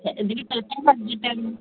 ഇത് എപ്പഴത്തേന് കംപ്ലീറ്റ് ആകും